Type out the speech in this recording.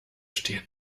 stehen